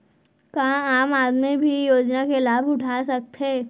का आम आदमी भी योजना के लाभ उठा सकथे?